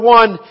one